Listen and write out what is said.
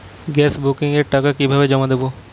Gas বুকিংয়ের টাকা কিভাবে জমা করা হয়?